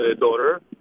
daughter